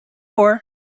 for